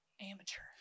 amateur